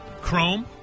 Chrome